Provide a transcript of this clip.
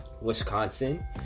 Wisconsin